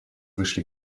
вышли